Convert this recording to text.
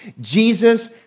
Jesus